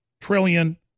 trillion